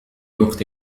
وقت